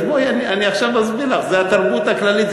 אז בואי, אני עכשיו אסביר לך, זו התרבות הכללית.